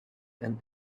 and